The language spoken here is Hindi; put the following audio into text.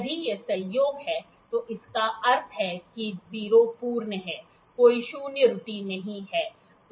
यदि यह संयोग है तो इसका अर्थ है कि 0 पूर्ण है कोई शून्य त्रुटि नहीं है